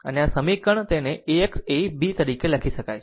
આમ આ સમીકરણ તેને AX એ b બરાબર તરીકે લખી શકાય છે